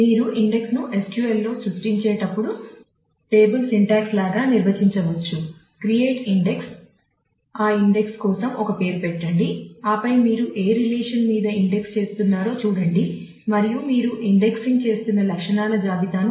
మీరు ఇండెక్స్ అని పిలుస్తాను